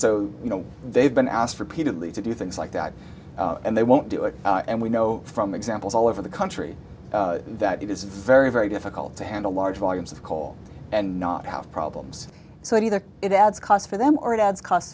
so you know they've been asked repeatedly to do things like that and they won't do it and we know from examples all over the country that it is very very difficult to handle large volumes of coal and not have problems so either it adds cost for them or it adds costs